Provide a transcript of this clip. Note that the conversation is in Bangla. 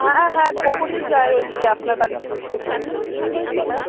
হ্যাঁ হ্যাঁ খোকনই যায় ওইদিকে আপনার বাড়িতে দুধ দিতে কী হয়েছে ম্যাম